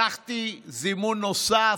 שלחתי זימון נוסף,